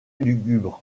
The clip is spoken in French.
lugubres